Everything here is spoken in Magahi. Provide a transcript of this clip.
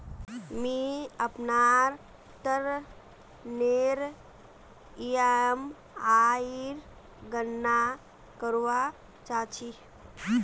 मि अपनार ऋणनेर ईएमआईर गणना करवा चहा छी